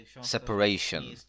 separation